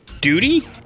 duty